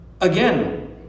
Again